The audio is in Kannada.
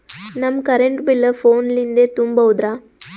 ನಮ್ ಕರೆಂಟ್ ಬಿಲ್ ಫೋನ ಲಿಂದೇ ತುಂಬೌದ್ರಾ?